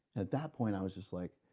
at that point i was just like,